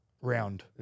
round